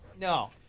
No